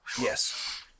Yes